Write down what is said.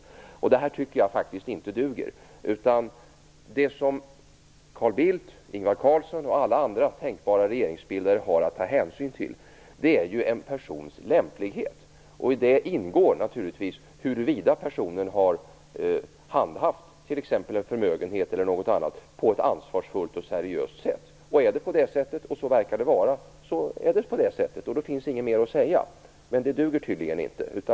Jag tycker faktiskt att detta inte duger. Det som Carl Bildt, Ingvar Carlsson och alla andra tänkbara regeringsbildare har att ta hänsyn till är en persons lämplighet. I det ingår naturligtvis huruvida personen har handhaft en förmögenhet eller något annat på ett ansvarsfullt och seriöst sätt. Om det är på det sättet, och så verkar det vara, så är det så. Då finns inget mer att säga. Men det duger tydligen inte.